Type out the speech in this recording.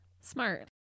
Smart